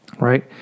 right